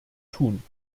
tun